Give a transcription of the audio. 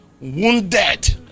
wounded